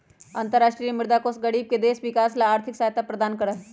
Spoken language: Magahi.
अन्तरराष्ट्रीय मुद्रा कोष गरीब देश के विकास ला आर्थिक सहायता प्रदान करा हई